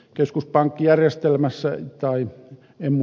keskuspankkijärjestelmässä tai em